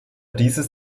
dieses